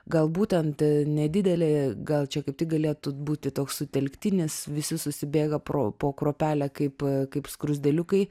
gal būtent nedidelė gal čia kaip tik galėtų būti toks sutelktinis visi susibėga pro po kruopelę kaip kaip skruzdėliukai